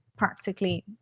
practically